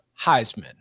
Heisman